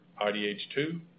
IDH2